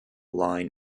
line